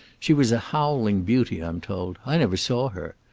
she was a howling beauty, i'm told. i never saw her.